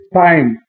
time